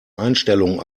einstellungen